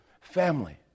family